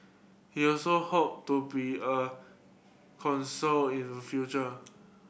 he also hope to be a console in the future